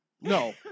No